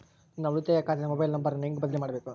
ನನ್ನ ಉಳಿತಾಯ ಖಾತೆ ಮೊಬೈಲ್ ನಂಬರನ್ನು ಹೆಂಗ ಬದಲಿ ಮಾಡಬೇಕು?